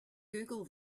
google